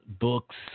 books